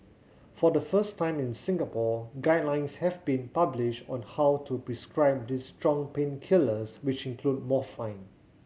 for the first time in Singapore guidelines have been published on how to prescribe these strong painkillers which include morphine